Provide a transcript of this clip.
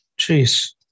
jeez